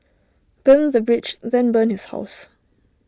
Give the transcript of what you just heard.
burn the bridge then burn his house